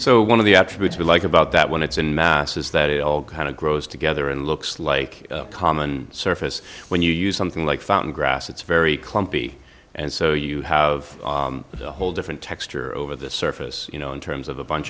so one of the attributes we like about that when it's in mass is that it all kind of grows together and looks like a common surface when you use something like fountain grass it's very clumpy and so you have a whole different texture over the surface you know in terms of a bunch